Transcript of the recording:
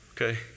Okay